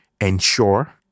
ensure